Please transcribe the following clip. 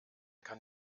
kann